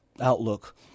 outlook